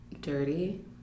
dirty